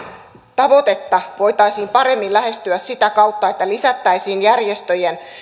tavoitetta voitaisiin paremmin lähestyä sitä kautta että lisättäisiin järjestöjen